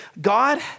God